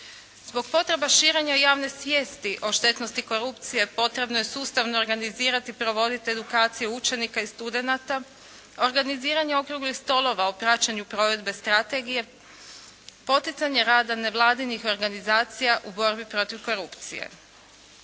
Zbog potreba širenja javne svijesti o štetnosti korupcije, potrebno je sustavno organizirati, provoditi edukaciju učenika i studenata, organiziranje okruglih stolova o praćenju provedbe strategije, poticanje rada nevladinih organizacija u borbi protiv korupcije.